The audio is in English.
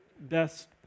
best